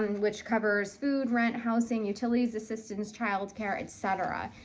which covers food, rent, housing, utilities assistance, childcare, etc.